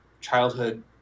childhood